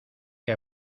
que